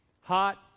Hot